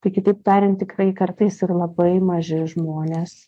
tai kitaip tariant tiktai kartais ir labai maži žmonės